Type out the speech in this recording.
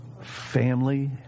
Family